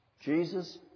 Jesus